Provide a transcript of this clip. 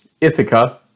Ithaca